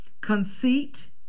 conceit